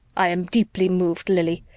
i'm deeply moved, lili.